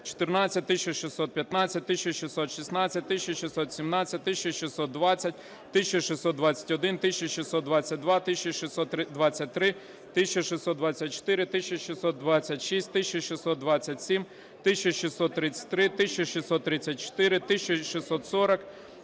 1614, 1615, 1616, 1617, 1620, 1621, 1622, 1623, 1624, 1626, 1627, 1633, 1634, 1640,